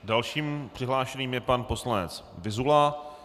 Dalším přihlášeným je pan poslanec Vyzula.